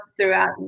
throughout